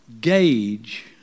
gauge